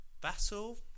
battle